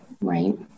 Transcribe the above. right